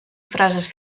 frases